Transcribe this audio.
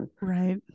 Right